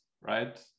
right